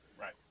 Right